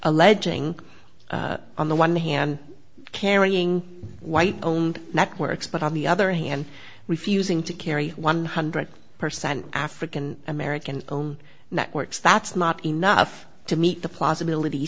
alleging on the one hand carrying white owned networks but on the other hand refusing to carry one hundred percent african american own networks that's not enough to meet the possibility